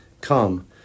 Come